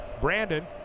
Brandon